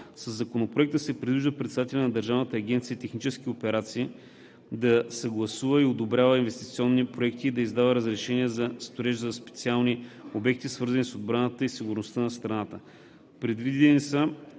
Със Законопроекта се предвижда председателят на Държавната агенция „Технически операции“ да съгласува и одобрява инвестиционни проекти и да издава разрешения за строеж за специални обекти, свързани с отбраната и сигурността на страната.